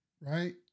right